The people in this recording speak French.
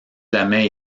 jamais